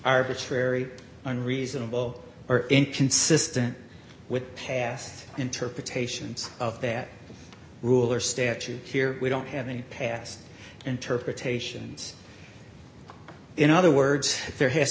arbitrary on reasonable or inconsistent with past interpretations of that rule or statute here we don't have any past interpretations in other words there has